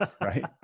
right